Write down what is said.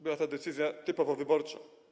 Była to decyzja typowo wyborcza.